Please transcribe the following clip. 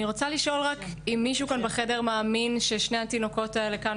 אני רוצה לשאול אם מישהו כאן בחדר מאמין ששני התינוקות שכאן,